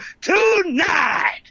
tonight